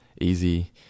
easy